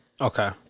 Okay